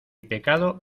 pecado